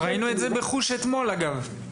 ראינו את זה בחוש אתמול, דרך אגב.